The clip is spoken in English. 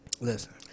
listen